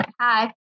hi